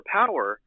power